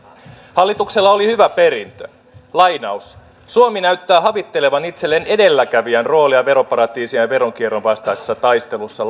hallituksella oli hyvä perintö lainaus suomi näyttää havittelevan itselleen edelläkävijän roolia veroparatiisien ja veronkierron vastaisessa taistelussa